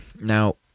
Now